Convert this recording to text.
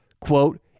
Quote